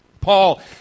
Paul